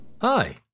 Hi